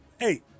hey